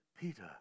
Peter